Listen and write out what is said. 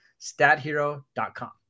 StatHero.com